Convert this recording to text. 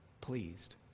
pleased